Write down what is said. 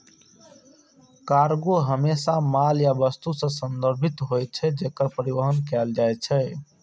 cargo हमेशा माल या वस्तु सं संदर्भित होइ छै, जेकर परिवहन कैल जाइ छै